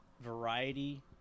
variety